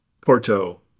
Porto